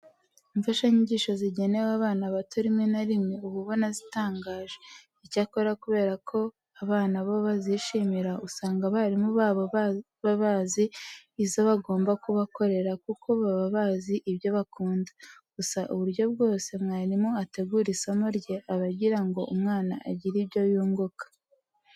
Imfashanyigisho zigenewe abana bato rimwe na rimwe uba ubona zitangaje. Icyakora kubera ko abana bo bazishimira, usanga abarimu babo baba bazi izo bagomba kubakorera kuko baba bazi ibyo bakunda. Gusa uburyo bwose mwarimu ategura isomo rye aba agira ngo umwana agire ibyo yunguka.